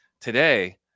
Today